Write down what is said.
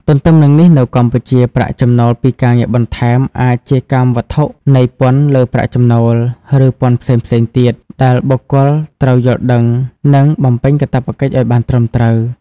ទន្ទឹមនឹងនេះនៅកម្ពុជា ប្រាក់ចំណូលពីការងារបន្ថែមអាចជាកម្មវត្ថុនៃពន្ធលើប្រាក់ចំណូល ឬពន្ធផ្សេងៗទៀត ដែលបុគ្គលត្រូវយល់ដឹង និងបំពេញកាតព្វកិច្ចឱ្យបានត្រឹមត្រូវ។